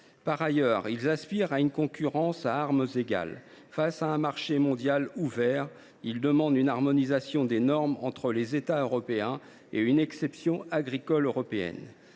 Par ailleurs, ils aspirent à une concurrence « à armes égales ». Face à un marché mondial ouvert, ils demandent une harmonisation des normes entre les États européens et une « exception agricole européenne